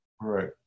right